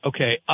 Okay